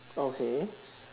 okay